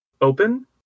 open